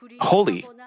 holy